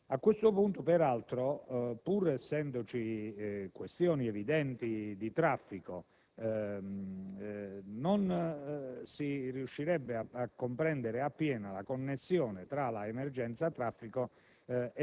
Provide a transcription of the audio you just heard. A questo punto, pur ponendosi evidenti questioni di traffico, non si riuscirebbe a comprendere appieno la connessione tra l'emergenza traffico